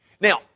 Now